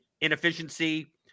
inefficiency